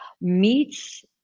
meets